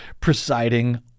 presiding